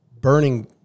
burning